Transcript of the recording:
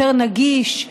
יותר נגיש,